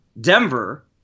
Denver –